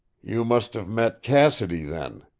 you must have met cassidy, then,